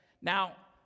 now